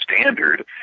standard